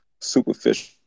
superficial